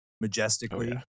majestically